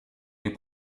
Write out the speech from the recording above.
les